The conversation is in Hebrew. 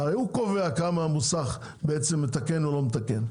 הרי הוא קובע כמה המוסך מתקן או לא מתקן,